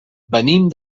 venim